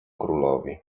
królowi